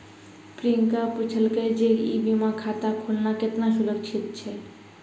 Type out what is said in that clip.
प्रियंका पुछलकै जे ई बीमा खाता खोलना केतना सुरक्षित छै?